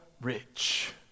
rich